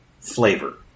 flavor